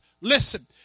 Listen